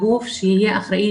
גוף שיהיה אחראי,